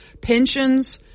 pensions